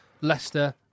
Leicester